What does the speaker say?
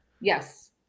Yes